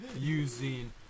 using